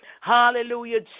Hallelujah